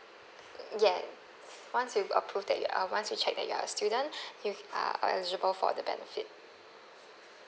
yes once we've approve that you are uh once we checked that you're a student you are eligible for the benefit